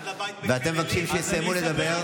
ואתם מבקשים שיסיימו לדבר,